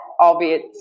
albeit